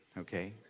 okay